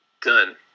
Done